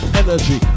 energy